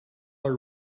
our